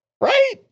right